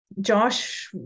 Josh